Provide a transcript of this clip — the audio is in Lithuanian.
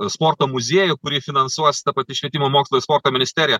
sporto muziejų kurį finansuos ta pati švietimo mokslo ir sporto ministerija